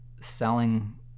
selling